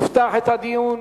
יפתח את הדיון